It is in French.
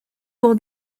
pour